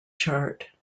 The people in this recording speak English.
chart